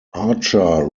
archer